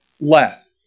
left